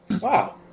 Wow